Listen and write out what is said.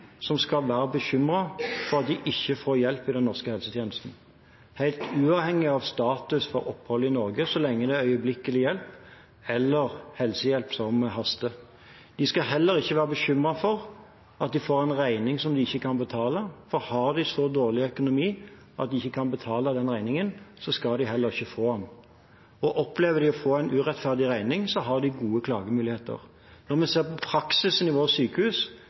skal være bekymret for at de ikke får hjelp i den norske helsetjenesten, helt uavhengig av status for opphold i Norge, så lenge det er øyeblikkelig hjelp eller helsehjelp som haster. De skal heller ikke være bekymret for at de får en regning som de ikke kan betale. Har de så dårlig økonomi at de ikke kan betale denne regningen, skal de heller ikke få den. Opplever de å få en urettferdig regning, så har de gode klagemuligheter. Når vi ser på praksisen i våre sykehus,